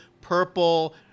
purple